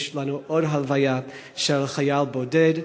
יש לנו עוד הלוויה של חייל בודד,